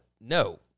No